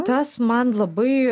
tas man labai